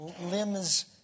limbs